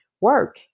work